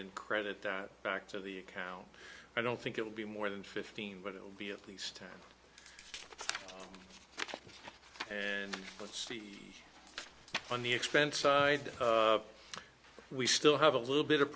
and credit that back to the account i don't think it will be more than fifteen but it will be at least and let's see on the expense side we still have a little bit of